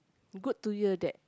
good to hear that